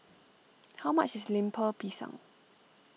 how much is Lemper Pisang